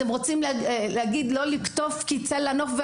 אתם רוצים להגיד לא לקטוף תצא לנוף,